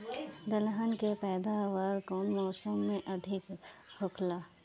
दलहन के पैदावार कउन मौसम में अधिक होखेला?